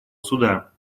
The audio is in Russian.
суда